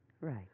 Right